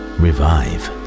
revive